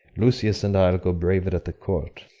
lucius and i'll go brave it at the court